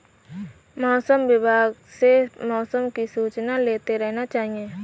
मौसम विभाग से मौसम की सूचना लेते रहना चाहिये?